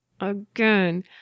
again